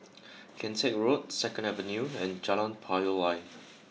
Kian Teck Road Second Avenue and Jalan Payoh Lai